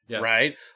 right